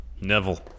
Neville